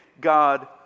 God